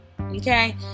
Okay